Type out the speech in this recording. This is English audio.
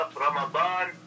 Ramadan